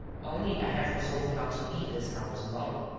only i have resolved not to leave this house alone.